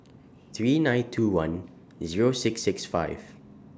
three nine two one Zero six six five